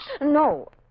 No